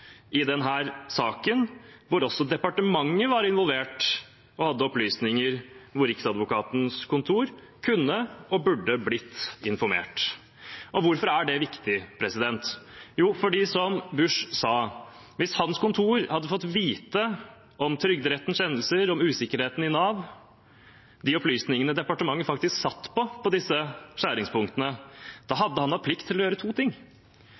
saken hvor også departementet var involvert og hadde opplysninger, og hvor Riksadvokatens kontor kunne og burde blitt informert. Hvorfor er det viktig? Jo, fordi, som Busch sa, hvis hans kontor hadde fått vite om Trygderettens kjennelser, om usikkerheten i Nav, om de opplysningene departementet faktisk satt på ved disse skjæringspunktene, hadde han hatt plikt til å gjøre to ting: